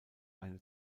eine